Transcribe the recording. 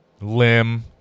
limb